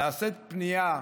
נעשית פנייה